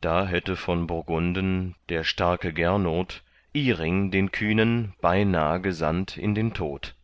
da hätte von burgunden der starke gernot iring den kühnen beinah gesandt in den tod